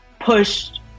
pushed